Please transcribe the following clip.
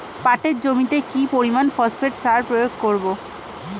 পাটের জমিতে কি পরিমান ফসফেট সার প্রয়োগ করব?